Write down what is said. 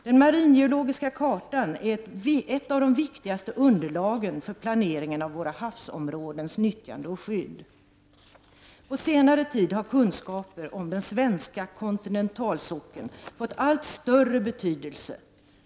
Den maringeologiska kartan är ett av de viktigaste underlagen för planeringen av våra havsområdens nyttjande och skydd. På senare tid har kunskaper om den svenska kontinentalsockeln fått allt större betydelse.